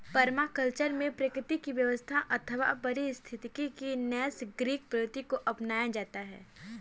permaculture में प्रकृति की व्यवस्था अथवा पारिस्थितिकी की नैसर्गिक प्रकृति को अपनाया जाता है